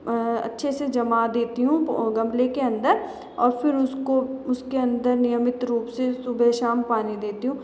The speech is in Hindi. अच्छे से जमा देती हूँ पो गमले के अंदर और फिर उसको उसके अंदर नियमित रूप से सुबह शाम पानी देती हूँ